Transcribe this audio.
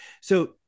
So-